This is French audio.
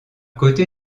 côté